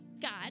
God